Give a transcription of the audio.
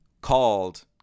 called